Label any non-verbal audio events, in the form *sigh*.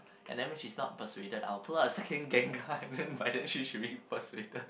and then which is not persuaded I will pull out the second gengar *laughs* then by then she should be persuaded *laughs*